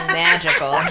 magical